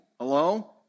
Hello